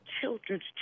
children's